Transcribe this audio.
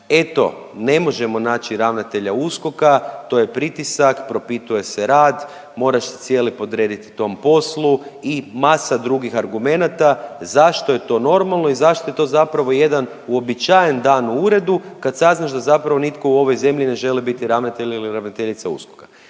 Eto ne možemo naći ravnatelja USKOK-a, propituje se rad, moraš se cijeli podrediti tom poslu i masa drugih argumenata. Zašto je to normalno i zašto je to zapravo jedan uobičajen dan u uredu kad saznaš da zapravo nitko u ovoj zemlji ne želi biti ravnatelj ili ravnateljica USKOK-a.